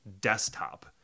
desktop